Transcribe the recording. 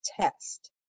test